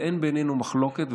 אבל אין בינינו מחלוקת,